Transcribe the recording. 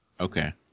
Okay